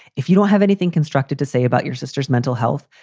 if you don't have anything constructive to say about your sister's mental health.